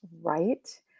right